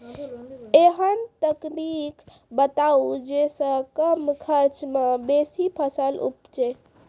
ऐहन तकनीक बताऊ जै सऽ कम खर्च मे बेसी फसल उपजे?